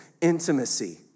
intimacy